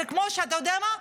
זה כמו, אתה יודע מה?